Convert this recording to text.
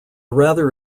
rather